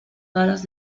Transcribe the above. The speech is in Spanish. balas